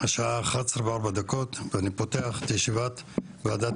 השעה 11:04 ואני פותח את ישיבת ועדת